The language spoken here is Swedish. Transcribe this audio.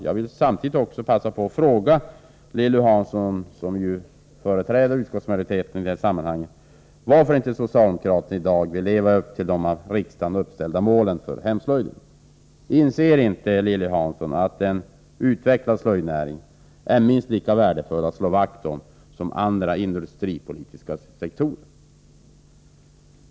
Jag vill i det här sammanhanget fråga Lilly Hansson, som företräder utskottsmajoriteten, varför socialdemokraterna inte vill leva upp till de av riksdagen uppställda målen för hemslöjden. Inser inte Lilly Hansson att en utvecklad slöjdnäring är minst lika värdefull att slå vakt om som andra industripolitiska sektorer?